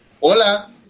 Hola